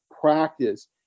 practice